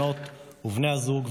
בנות ובני הזוג,